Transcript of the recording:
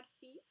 fee